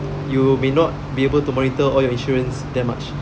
you may not be able to monitor all your insurance that much